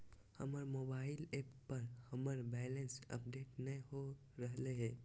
हमर mobile app पर हमर बैलेंस अपडेट नय हो रहलय हें